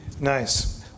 Nice